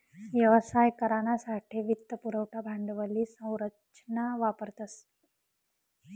व्यवसाय करानासाठे वित्त पुरवठा भांडवली संरचना वापरतस